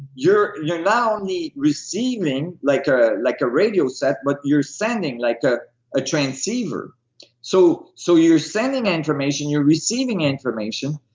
you're you're now on the receiving like ah like a radio set but you're sending like a ah transceiver so so you're sending information, you're receiving information.